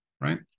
right